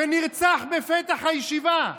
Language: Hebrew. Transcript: שנרצח בפתח הישיבה.